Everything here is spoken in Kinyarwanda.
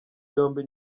yombi